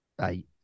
eight